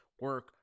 Work